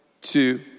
two